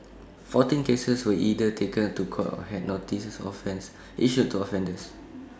fourteen cases were either taken to court or had notices of offence issued to offenders